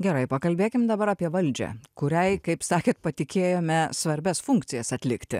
gerai pakalbėkim dabar apie valdžią kuriai kaip sakėt patikėjome svarbias funkcijas atlikti